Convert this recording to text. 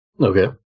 Okay